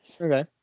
Okay